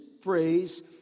phrase